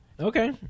Okay